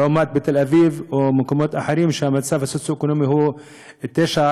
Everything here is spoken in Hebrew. לעומת תל אביב או מקומות אחרים שהמצב הסוציו-אקונומי בהם 10-9,